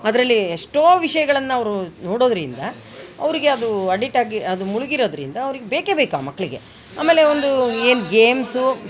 ಅದರಲ್ಲಿ ಎಷ್ಟೋ ವಿಷಯಗಳನ್ನು ಅವರು ನೋಡೋದ್ರಿಂದ ಅವರಿಗೆ ಅದು ಅಡಿಟ್ ಆಗಿ ಅದು ಮುಳುಗಿರೊದ್ರಿಂದ ಅವರಿಗೆ ಬೇಕೇಬೇಕು ಆ ಮಕ್ಳಿಗೆ ಆಮೇಲೆ ಒಂದು ಏನು ಗೇಮ್ಸು